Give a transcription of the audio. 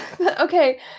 okay